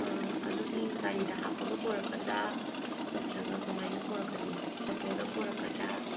ꯑꯥ ꯑꯗꯨꯗꯤ ꯒꯥꯔꯤꯗ ꯍꯥꯞꯄꯒ ꯄꯨꯔꯛꯀꯗ꯭ꯔꯥ ꯅꯠꯇ꯭ꯔꯒ ꯀꯃꯥꯏꯅ ꯄꯨꯔꯛꯀꯅꯤ ꯑꯣꯇꯣꯗ ꯄꯨꯔꯛꯀꯗ꯭ꯔꯥ